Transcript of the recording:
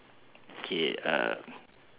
K uh